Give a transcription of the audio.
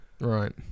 Right